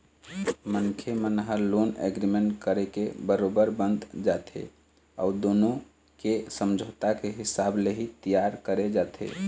मनखे मन ह लोन एग्रीमेंट करके बरोबर बंध जाथे अउ दुनो के समझौता के हिसाब ले ही तियार करे जाथे